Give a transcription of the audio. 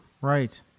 Right